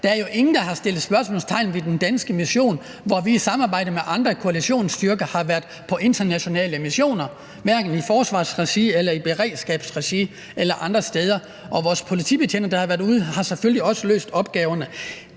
Der er jo ingen, der har sat spørgsmålstegn ved den danske mission, hvor vi sammen med andre koalitionsstyrker har været på internationale missioner, både i forsvarsregi, beredskabsregi og andet. Og vores politibetjente, der har været ude, har selvfølgelig også løst opgaverne.